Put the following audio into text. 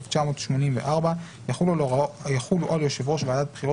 התשמ"ד-1984 יחולו על יושב ראש ועדת בחירות